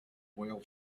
whale